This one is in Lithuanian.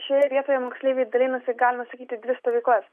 šioje vietoje moksleiviai dalinasi galima sakyt į dvi stovyklas